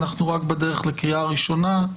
אנחנו רק בדרך לקריאה ראשונה,